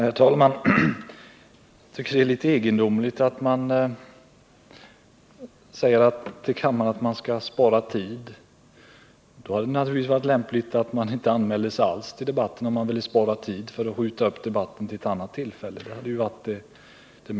Herr talman! Jag tycker att det är litet egendomligt att säga att man skall spara tid för kammaren och skjuta på debatten om den här frågan till ett annat tillfälle. Om det är så, då hade det naturligtvis varit mest lämpligt att inte alls anmäla sig till debatten.